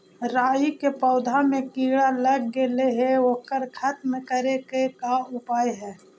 राई के पौधा में किड़ा लग गेले हे ओकर खत्म करे के का उपाय है?